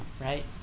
right